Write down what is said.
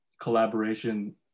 collaboration